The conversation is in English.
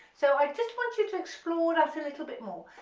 so i just want you to explore that a little bit more,